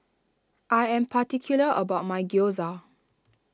I am particular about my Gyoza